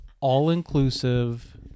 all-inclusive